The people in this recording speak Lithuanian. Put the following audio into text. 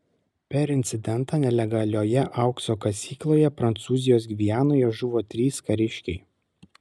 per incidentą nelegalioje aukso kasykloje prancūzijos gvianoje žuvo trys kariškiai